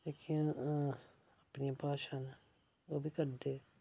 जेह्कियां अपनियां भाशां न ओह् बी करदे